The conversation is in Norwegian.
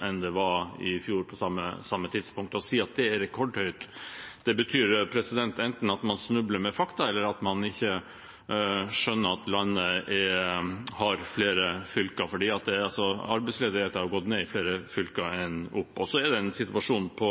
enn det var i fjor på samme tidspunkt. Å si at det er rekordhøyt, betyr enten at man snubler i fakta, eller at man ikke skjønner at landet har flere fylker. For arbeidsledigheten har gått ned i flere fylker enn den har gått opp. Så er det en situasjon på